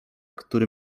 który